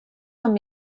amb